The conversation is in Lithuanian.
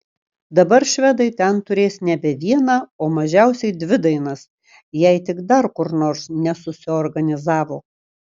dabar švedai ten turės nebe vieną o mažiausiai dvi dainas jei tik dar kur nors nesusiorganizavo